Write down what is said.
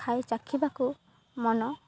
ଖାଇ ଚାଖିବାକୁ ମନ